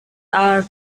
are